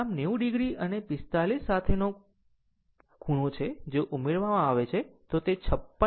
આમ તે 90 o અને 45 o સાથેનો ખૂણો છે જો ઉમેરવામાં આવે તો તે 56